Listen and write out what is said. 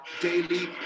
daily